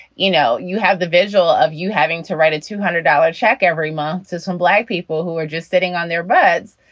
you know, you have the visual of you having to write a two hundred dollar check every month. so some black people who are just sitting on their butts,